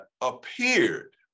appeared